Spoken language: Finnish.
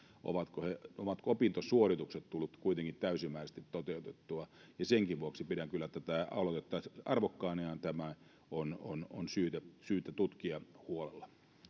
onko opintosuoritukset tulleet kuitenkin täysimääräisesti toteutettua ja senkin vuoksi pidän kyllä tätä aloitetta arvokkaana ja tämä on on syytä syytä tutkia huolella